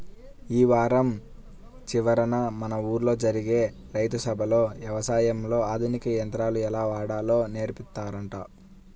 యీ వారం చివరన మన ఊల్లో జరిగే రైతు సభలో యవసాయంలో ఆధునిక యంత్రాలు ఎలా వాడాలో నేర్పిత్తారంట